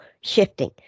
shifting